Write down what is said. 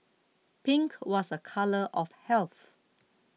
pink was a colour of health